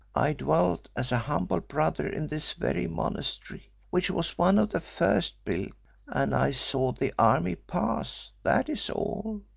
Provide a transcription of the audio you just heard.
i dwelt as a humble brother in this very monastery, which was one of the first built, and i saw the army pass, that is all.